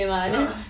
mm